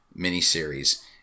miniseries